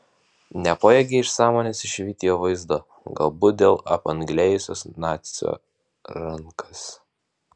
nepajėgė iš sąmonės išvyti jo vaizdo galbūt dėl apanglėjusios nacio rankas